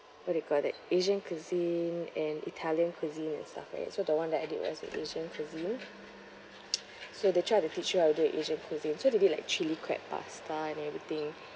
what do you call that asian cuisine and italian cuisine and stuff right so the one that I did was asian cuisine so they try to teach you how to do asian cuisine so they did like chilli crab pasta and everything